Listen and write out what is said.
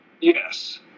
Yes